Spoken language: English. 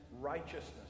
righteousness